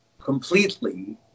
completely